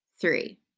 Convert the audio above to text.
three